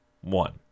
one